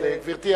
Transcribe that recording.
גברתי,